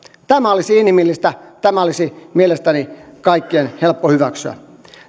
tämä olisi inhimillistä tämä olisi mielestäni kaikkien helppo hyväksyä